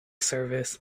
service